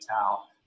towel